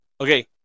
Okay